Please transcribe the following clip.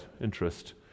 interest